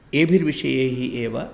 एभिर्विषयैः एव